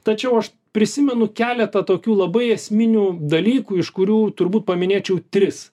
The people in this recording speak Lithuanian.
tačiau aš prisimenu keletą tokių labai esminių dalykų iš kurių turbūt paminėčiau tris